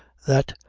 that,